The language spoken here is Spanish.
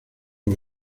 los